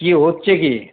কী হচ্ছে কী